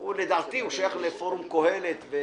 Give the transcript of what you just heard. לדעתי, הוא שייך לפורום קהלת.